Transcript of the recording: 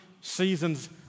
seasons